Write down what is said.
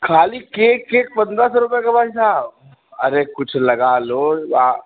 ख़ाली cake cake पन्द्रह सौ रुपये का भाई साब अरे कुछ लगा लो या